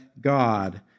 God